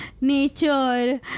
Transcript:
nature